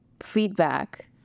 feedback